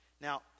Now